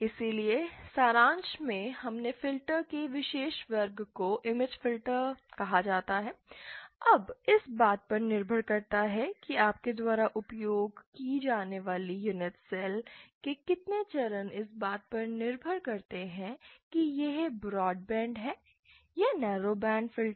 इसलिए सारांश में हमने फिल्टर के विशेष वर्ग को इमेज फिल्टर कहा जाता है अब इस बात पर निर्भर करता है कि आपके द्वारा उपयोग की जाने वाली यूनेट सेल के कितने चरण इस बात पर निर्भर करते हैं कि यह ब्रॉड बैंड है या नेरो बैंड फिल्टर